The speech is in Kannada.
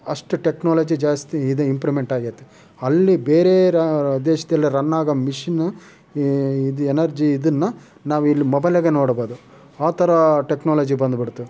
ಅಷ್ಟು ಟೆಕ್ನಾಲಜಿ ಜಾಸ್ತಿ ಇದು ಇಂಪ್ರೂವ್ಮೆಂಟ್ ಆಗೈತೆ ಅಲ್ಲಿ ಬೇರೆ ರಾ ದೇಶದಲ್ಲಿ ರನ್ ಆಗೋ ಮಿಷಿನ್ನು ಎನರ್ಜಿ ಇದನ್ನು ನಾವಿಲ್ಲಿ ಮೊಬೈಲಾಗೇ ನೋಡಬೋದು ಆ ಥರ ಟೆಕ್ನಾಲಜಿ ಬಂದ್ಬಿಡ್ತು